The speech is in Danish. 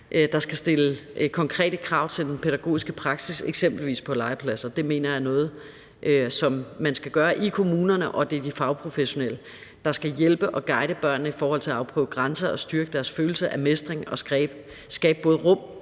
der skal stille konkrete krav til den pædagogiske praksis på eksempelvis legepladser. Det mener jeg er noget, som man skal gøre i kommunerne; og det er de fagprofessionelle, der skal hjælpe og guide børnene i forhold til at afprøve grænser og styrke deres følelse af mestring og skabe rum